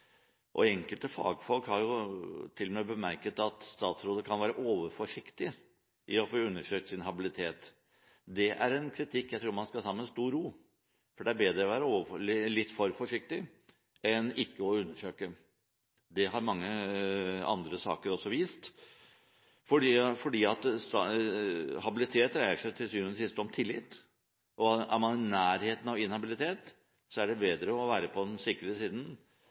bemerket at statsråder kan være overforsiktige i å få undersøkt sin habilitet. Det er en kritikk jeg tror man skal ta med stor ro. Det er bedre å være litt for forsiktig enn ikke å undersøke. Det har mange andre saker også vist. Habilitet dreier seg til syvende og sist om tillit, og er man i nærheten av inhabilitet, er det bedre å være på den sikre siden